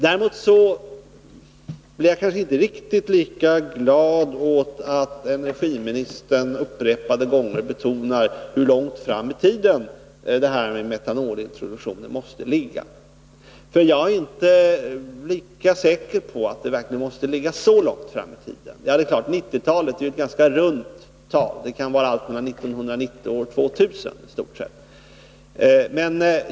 Däremot är jag inte riktigt lika glad åt att arbetsmarknadsministern upprepade gånger betonar hur långt fram i tiden det här med metanolproduktionen måste ligga. Jag är nämligen inte lika säker på att det verkligen måste ligga så långt fram i tiden. Men det är klart att 1990-talet är ett ganska runt tal. Det kan vara fråga om i stort sett vilken tidpunkt som helst mellan år 1990 och år 2000.